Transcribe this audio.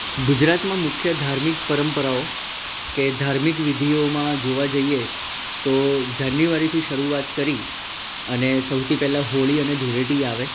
ગુજરાતમાં મુખ્ય ધાર્મિક પરંપરાઓ કે ધાર્મિક વિધિઓમાં જોવા જઈએ તો જાન્યુઆરીથી શરૂઆત કરી અને સૌથી પહેલાં હોળી અને ધુળેટી આવે